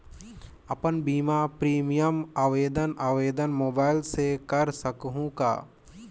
अपन बीमा प्रीमियम आवेदन आवेदन मोबाइल से कर सकहुं का?